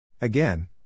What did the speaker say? Again